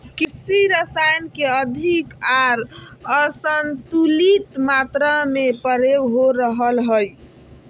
कृषि रसायन के अधिक आर असंतुलित मात्रा में प्रयोग हो रहल हइ